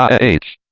ah h.